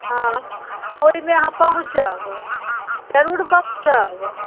हँ ओहिमे अहाँ पहुँचब जरूर पहुँचब